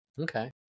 Okay